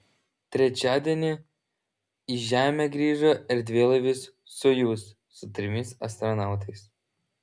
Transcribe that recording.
trečiadienį į žemę grįžo erdvėlaivis sojuz su trimis astronautais